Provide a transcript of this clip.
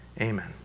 amen